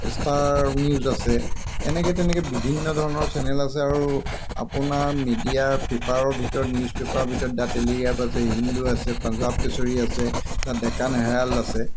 star news আছে এনেকৈ তেনেকৈ বিভিন্ন ধৰণৰ চেনেল আছে আৰু আপোনাৰ মিডিয়াৰ পেপাৰৰ ভিতৰত নিউজ পেপাৰৰ ভিতৰত দ্যা টেলিগ্ৰাফ আছে হিন্দু আছে পাঞ্জাৱ কেশৰী আছে দ্যা ডেকান হেৰাল্ড আছে